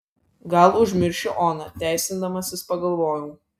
gal užmiršiu oną teisindamasis pagalvojau